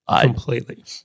Completely